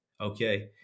okay